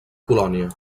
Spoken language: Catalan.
colònia